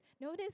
Notice